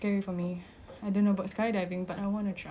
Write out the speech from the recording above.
you're being no you're going with me